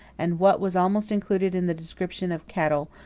and what was almost included in the description of cattle,